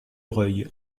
reuil